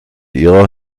ihrer